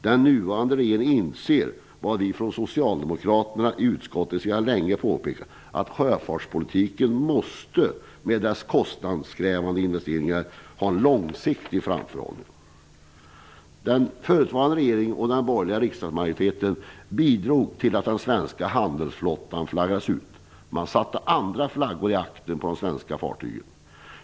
Den nuvarande regeringen inser vad vi socialdemokrater i utskottet sedan länge påpekat, att sjöfartspolitiken med dess kostnadskrävande investeringar måste ha en långsiktig framförhållning. Den förutvarande regeringen och den borgerliga riksdagsmajoriteten bidrog till att den svenska handelsflottan flaggades ut. Man satte andra flaggor i aktern på fartygen än den svenska.